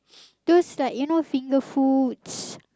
those like you know finger foods